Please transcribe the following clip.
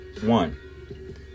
one